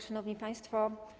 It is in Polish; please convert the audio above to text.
Szanowni Państwo!